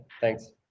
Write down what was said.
Thanks